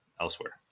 elsewhere